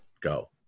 Go